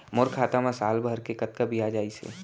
मोर खाता मा साल भर के कतका बियाज अइसे?